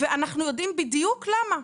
ואנחנו יודעים בדיוק למה.